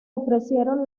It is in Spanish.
ofrecieron